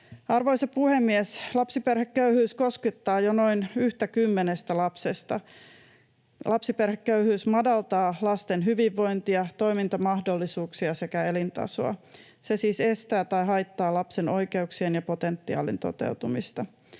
Arvoisa puhemies! Lapsiperheköyhyys koskettaa jo noin yhtä kymmenestä lapsesta. Lapsiperheköyhyys madaltaa lasten hyvinvointia, toimintamahdollisuuksia sekä elintasoa. Se siis estää tai haittaa lapsen oikeuksien ja potentiaalin toteutumista.